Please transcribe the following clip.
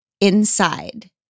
inside